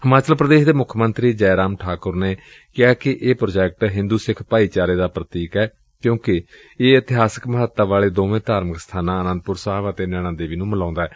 ਹਿਮਾਚਲ ਪ੍ਰਦੇਸ਼ ਦੇ ਮੁੱਖ ਮੰਤਰੀ ਜੈ ਰਾਮ ਠਾਕੁਰ ਨੇ ਕਿਹਾ ਕਿ ਇਹ ਪ੍ਰਾਜੈਕਟ ਹਿੰਦੂ ਸਿੱਖ ਭਾਈਚਾਰੇ ਦਾ ਪੂਤੀਕ ਏ ਕਿਉਂਕਿ ਇਹ ਇਤਿਹਾਸਕ ਮਹੱਤਤਾ ਵਾਲੇ ਦੋਵੇਂ ਧਾਰਮਿਕ ਸਬਾਨਾਂ ਆਨੰਦਪੁਰ ਸਾਹਿਬ ਅਤੇ ਨੈਣਾ ਦੇਵੀ ਨੂੰ ਮਿਲਾਉਂਦਾ ਏ